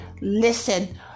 listen